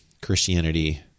Christianity